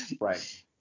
Right